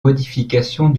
modifications